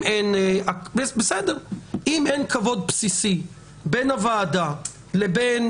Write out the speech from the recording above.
אם אין כבוד בסיסי בין הוועדה לבין